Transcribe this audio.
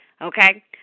Okay